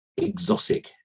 exotic